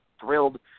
thrilled